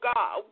God